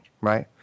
Right